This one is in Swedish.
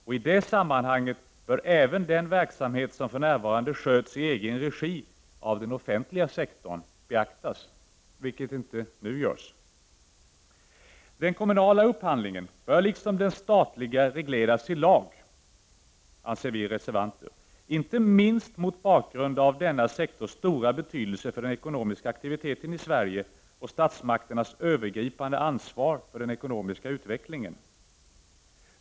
I detta sammanhang bör även den verksamhet som för närvarande sköts i egen regi av den offentliga sektorn beaktas, vilket inte görs nu. Den kommunala upphandlingen bör liksom den statliga regleras i lag, anser vi reservanter, inte minst mot bakgrund av denna sektors stora betydelse för den ekonomiska aktiviteten i Sverige och statsmakternas övergripande ansvar för den ekonomiska utvecklingen.